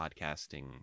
podcasting